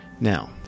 Now